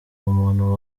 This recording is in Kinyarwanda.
umuntu